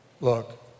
Look